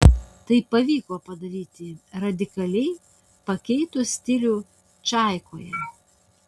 tai pavyko padaryti radikaliai pakeitus stilių čaikoje